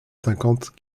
cinquante